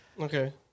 Okay